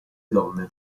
donne